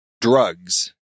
drugs